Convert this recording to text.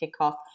kickoff